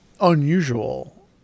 unusual